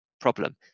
problem